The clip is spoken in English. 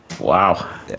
wow